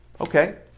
okay